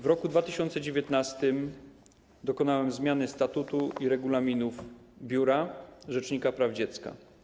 W roku 2019 dokonałem zmiany statutu i regulaminów Biura Rzecznika Praw Dziecka.